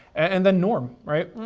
and then norm, right?